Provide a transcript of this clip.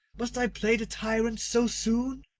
must i play the tyrant so soon?